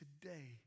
today